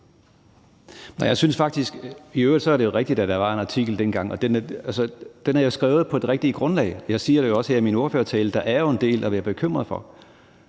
(S): Det er jo rigtigt, at der var en artikel dengang. Den er skrevet på det rigtige grundlag. Jeg siger også her i min ordførertale, at der jo er en del at være bekymret for.